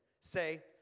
Say